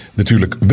natuurlijk